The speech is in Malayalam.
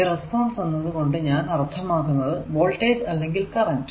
ഈ റെസ്പോൺസ് എന്നത് കൊണ്ട് ഞാൻ അർത്ഥമാക്കുന്നത് വോൾടേജ് അല്ലെങ്കിൽ കറന്റ്